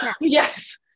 Yes